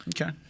Okay